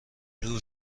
دور